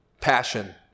passion